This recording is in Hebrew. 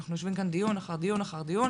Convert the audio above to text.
שאנחנו עושים כאן דיון אחר דיון אחר דיון